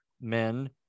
men